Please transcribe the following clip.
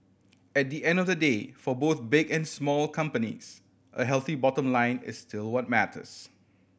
at the end of the day for both big and small companies a healthy bottom line is still what matters